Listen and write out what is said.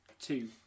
two